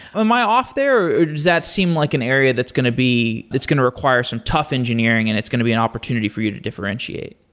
am i off there, or does that seem like an area that's going to be it's going to require some tough engineering and it's going to be an opportunity for you to differentiate?